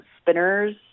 spinners